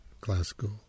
classical